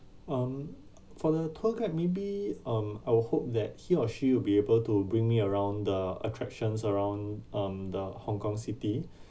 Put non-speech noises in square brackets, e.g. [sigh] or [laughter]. um for the tour guide maybe um I will hope that he or she will be able to bring me around the attractions around um the hong kong city [breath]